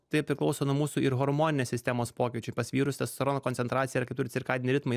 tai priklauso nuo mūsų ir hormoninės sistemos pokyčių pas vyrus testosterono koncentracija yra keturi cirkadiniai ritmai